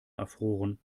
erfroren